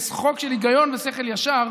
חוק של היגיון ושכל ישר,